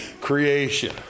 creation